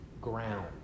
ground